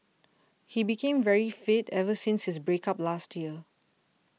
he became very fit ever since his break up last year